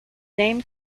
name